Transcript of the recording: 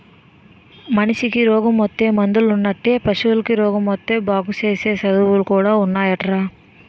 మనిసికి రోగమొత్తే మందులున్నట్లే పశువులకి రోగమొత్తే బాగుసేసే సదువులు కూడా ఉన్నాయటరా